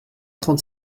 trente